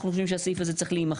אנחנו חושבים שהסעיף הזה צריך להימחק,